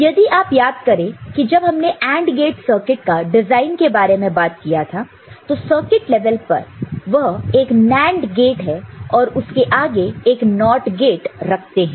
यदि आप याद करें कि जब हमने AND गेट सर्किट का डिजाइन के बारे में बात किया था तो सर्किट लेवल पर वह एक NAND गेट है और उसके आगे एक NOT गेट रखते हैं